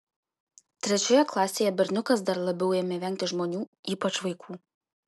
trečioje klasėje berniukas dar labiau ėmė vengti žmonių ypač vaikų